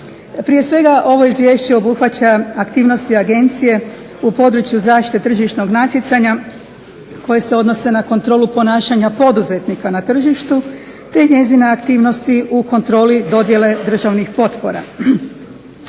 Prije svega ovo Izvješće obuhvaća aktivnosti Agencije u području zaštite tržišnog natjecanja koje se odnose na kontrolu ponašanja poduzetnika na tržištu te njezine aktivnosti u kontroli dodjele državnih potpora.